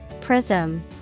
Prism